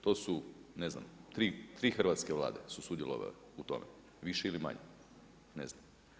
To su ne znam, 3 Hrvatske Vlade su sudjelovale u tome, više ili manje, ne znam.